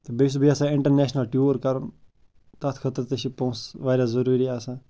تہٕ بیٚیہِ چھُس بہٕ یَژھان اِنٛٹَرنیشنَل ٹیوٗر کَرُن تَتھ خٲطرٕ تہِ چھِ پونٛسہٕ واریاہ ضٔروٗری آسان